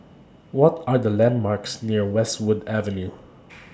What Are The landmarks near Westwood Avenue